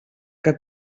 que